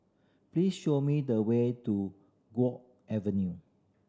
please show me the way to Guok Avenue